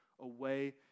away